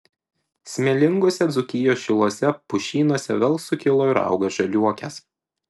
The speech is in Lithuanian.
smėlinguose dzūkijos šiluose pušynuose vėl sukilo ir auga žaliuokės